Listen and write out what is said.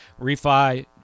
Refi